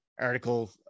article